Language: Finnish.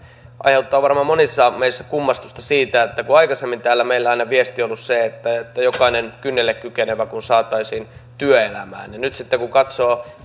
aiheuttaa varmaan monissa meissä kummastusta kun aikaisemmin täällä meille aina viesti on ollut se että että jokainen kynnelle kykenevä kun saataisiin työelämään ja nyt sitten kun katsoo